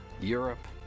Europe